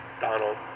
Donald